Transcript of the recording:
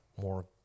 more